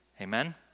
amen